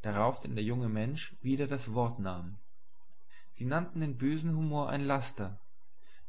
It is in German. darauf denn der junge mensch wieder das wort nahm sie nannten den bösen humor ein laster